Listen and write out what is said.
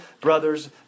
brothers